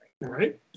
right